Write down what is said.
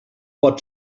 pot